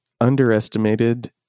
underestimated